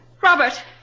Robert